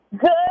Good